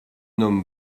homme